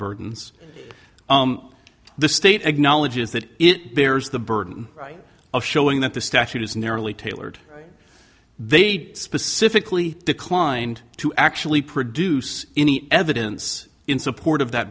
burdens the state of knowledge is that it bears the burden of showing that the statute is narrowly tailored they'd specifically declined to actually produce any evidence in support of that